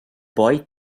boy